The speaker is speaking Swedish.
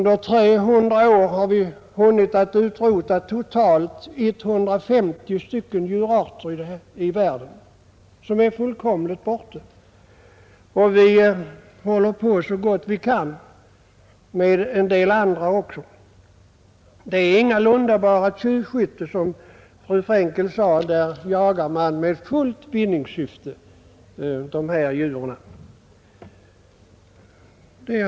På 300 år har vi hunnit totalt utrota 150 djurarter i världen, och vi är nu i färd med att utrota en hel del andra. Det rör sig ingalunda bara om tjuvskytte, som fru Frankel sade. Man jagar dessa djur Nr 49 i klart vinningssyfte.